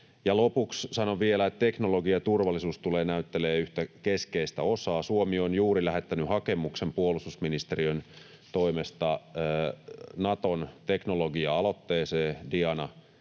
lopuksi sanon vielä, että teknologiaturvallisuus tulee näyttelemään yhtä keskeistä osaa. Suomi on juuri lähettänyt hakemuksen puolustusministeriön toimesta Naton teknologia-aloitteeseen,